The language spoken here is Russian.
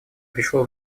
пришло